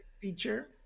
feature